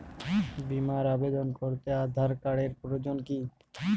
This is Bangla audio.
বিমার আবেদন করতে আধার কার্ডের প্রয়োজন কি?